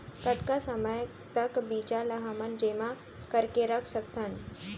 कतका समय तक बीज ला हमन जेमा करके रख सकथन?